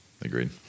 Agreed